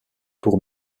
pour